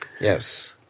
Yes